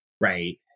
right